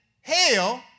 hell